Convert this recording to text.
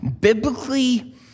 biblically